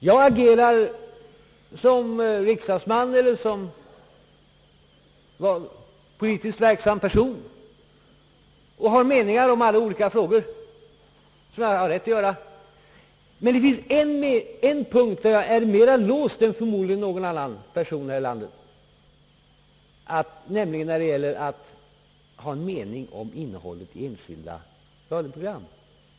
Jag agerar som riksdagsman eller som politiskt verksam person och har åsikter om olika frågor, vilket jag har rätt att ha. Men det finns en punkt där jag är mer låst än förmodligen någon annan person här i landet, nämligen när det gäller att ha en mening om innehållet i enskilda radioprogram.